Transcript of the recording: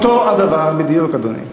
אותו הדבר בדיוק, אדוני.